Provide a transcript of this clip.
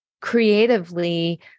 creatively